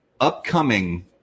upcoming